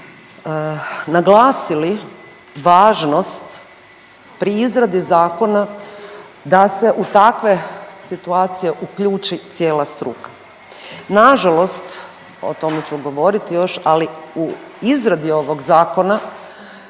naglasili važnost pri izradi zakona da se u takve situacije uključi cijela struka. Nažalost o tome ću govoriti još, ali u izradi ovog zakona